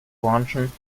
branchen